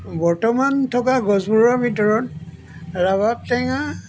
বৰ্তমান থকা গছবোৰৰ ভিতৰত ৰবাব টেঙা